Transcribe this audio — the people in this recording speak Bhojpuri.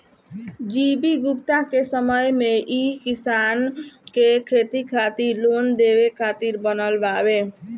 जी.वी गुप्ता के समय मे ई किसान के खेती खातिर लोन देवे खातिर बनल बावे